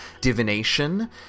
divination